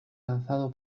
lanzado